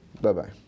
Bye-bye